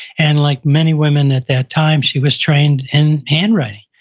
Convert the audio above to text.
and like many women at that time, she was trained in handwriting.